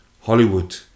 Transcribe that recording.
Hollywood